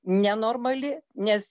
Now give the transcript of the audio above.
nenormali nes